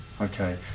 Okay